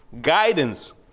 Guidance